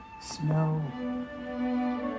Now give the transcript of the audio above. snow